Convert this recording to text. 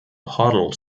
hoddle